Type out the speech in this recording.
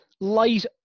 light